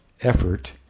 effort